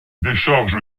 décharge